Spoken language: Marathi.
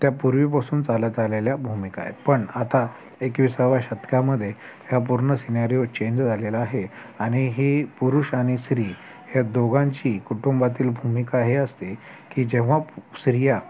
त्या पूर्वीपासून चालत आलेल्या भूमिका आहेत पण आता एकविसाव्या शतकामध्ये ह्या पूर्ण सिनॅरिओ चेंज झालेला आहे आणि ही पुरुष आणि स्त्री ह्या दोघांची कुटुंबातील भूमिका हे असते की जेव्हा श्रीया